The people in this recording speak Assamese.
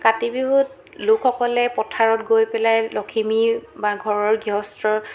কাতি বিহুত লোকসকলে পথাৰত গৈ পেলাই লখিমী বা ঘৰৰ গৃহস্থৰ